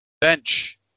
bench